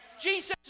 Jesus